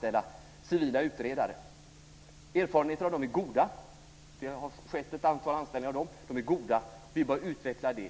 sida, civila utredare. Erfarenheterna av dem är goda - det har skett ett antal anställningar av civila utredare - och det behöver utvecklas.